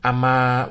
Ama